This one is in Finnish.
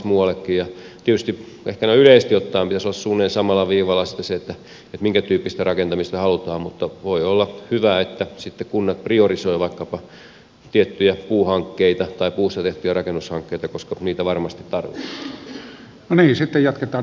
tietysti ehkä noin yleisesti ottaen pitäisi olla suunnilleen samalla viivalla se minkä tyyppistä rakentamista halutaan mutta voi olla hyvä että sitten kunnat priorisoivat vaikkapa tiettyjä puuhankkeita tai puusta tehtyjä rakennushankkeita koska niitä varmasti tarvitaan